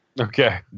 okay